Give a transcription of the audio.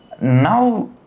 Now